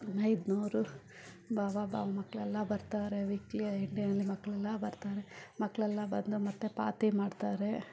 ಮೈದುನ ಅವರು ಭಾವ ಭಾವನ ಮಕ್ಕಳೆಲ್ಲ ಬರ್ತಾರೆ ವೀಕಲ್ಲಿ ಮಕ್ಕಳೆಲ್ಲ ಬರ್ತಾರೆ ಮಕ್ಕಳೆಲ್ಲ ಬಂದು ಮತ್ತೆ ಪಾತಿ ಮಾಡ್ತಾರೆ